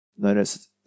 Notice